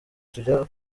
tujya